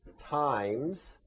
times